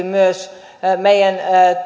myös meidän